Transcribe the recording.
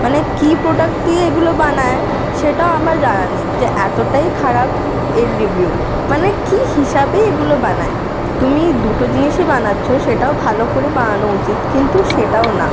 মানে কি প্রোডাক্ট দিয়ে এগুলো বানায় সেটাও আমার জানা নেই যে এতটাই খারাপ এর রিভিউ মানে কি হিসাবে এগুলো বানায় তুমি দুটো জিনিসই বানাচ্ছো সেটাও ভালো করে বানানো উচিত কিন্তু সেটাও না